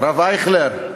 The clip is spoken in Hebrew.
הרב אייכלר.